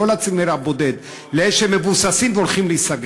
לא לצימר הבודד, לאלה שמבוססים, והולכים להיסגר.